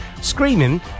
screaming